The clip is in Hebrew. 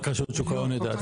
רק רשות שוק ההון יודעת את זה.